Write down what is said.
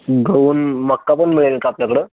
गहू आणि मका पण मिळेल का आपल्याकडं